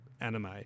anime